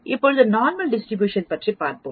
இப்போதுநார்மல் distribution பற்றி பார்ப்போம்